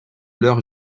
leur